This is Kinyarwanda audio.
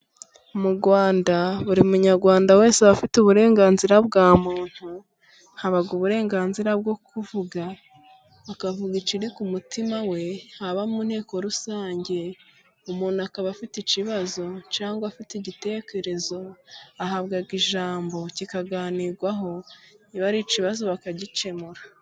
Mu Rwanda buri munyarwanda wese aba afite uburenganzira bwa muntu ,haba uburenganzira bwo kuvuga akavuga ikiri ku mutima we haba mu nteko rusange umuntu akaba afite ikibazo ,cyangwa afite igitekerezo ahabwa ijambo kikaganirwaho niba ari ikibazo bakagikemura.